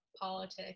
politics